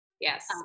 Yes